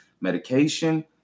medication